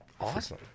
Awesome